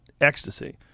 ecstasy